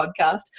podcast